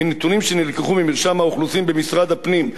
מנתונים שנלקחו ממרשם האוכלוסין במשרד הפנים,